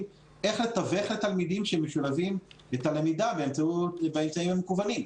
איך לתווך לתלמידים שמשולבים את הלמידה באמצעים המקוונים.